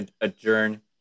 adjourn